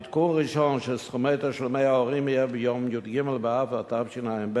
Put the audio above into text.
עדכון ראשון של סכומי תשלומי ההורים יהיה ביום י"ג באב התשע"ב,